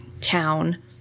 town